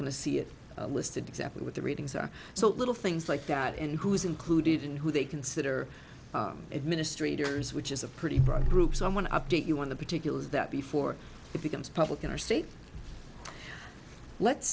going to see it listed exactly what the ratings are so little things like that and who's included in who they consider administrators which is a pretty broad group so i want to update you on the particulars that before it becomes public in our state let's